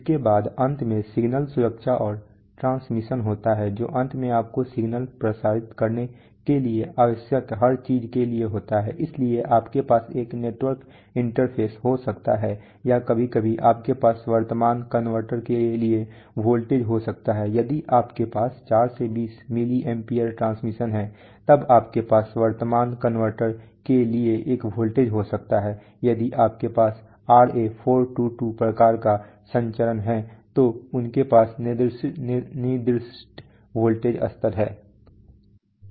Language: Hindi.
इसके बाद अंत में सिग्नल सुरक्षा और ट्रांसमिशन होता है जो अंत में आपको सिग्नल प्रसारित करने के लिए आवश्यक हर चीज के लिए होता है इसलिए आपके पास एक नेटवर्क इंटरफ़ेस हो सकता है या कभी कभी आपके पास वर्तमान कनवर्टर के लिए वोल्टेज हो सकता है यदि आपके पास 4 से 20 मिली एम्पीयर ट्रांसमिशन है तब आपके पास वर्तमान कनवर्टर के लिए एक वोल्टेज हो सकता है यदि आपके पास RA422 प्रकार का संचरण है तो उनके पास निर्दिष्ट वोल्टेज स्तर हैं